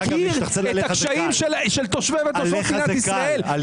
אגב, להשתחצן עליך זה קל.